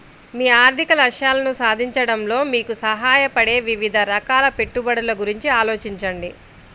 మీ ఆర్థిక లక్ష్యాలను సాధించడంలో మీకు సహాయపడే వివిధ రకాల పెట్టుబడుల గురించి ఆలోచించండి